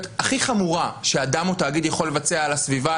הכי חמורה שאדם או תאגיד יכול לבצע על הסביבה,